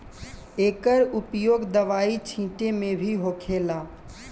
एकर उपयोग दवाई छींटे मे भी होखेला